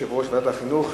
יושב-ראש ועדת החינוך: